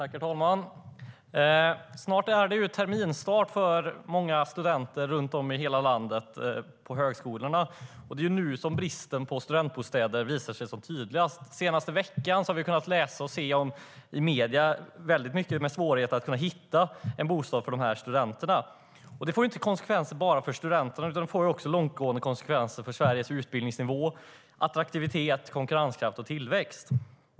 Herr talman! Snart är det terminsstart för många studenter på högskolorna runt om i landet, och det är nu som bristen på studentbostäder visar sig som tydligast. Den senaste veckan har vi i medierna kunnat läsa och se mycket om svårigheter för studenterna att hitta en bostad. Det får inte bara konsekvenser för studenterna, utan det får också långtgående konsekvenser för Sveriges utbildningsnivå, attraktivitet, konkurrenskraft och tillväxt.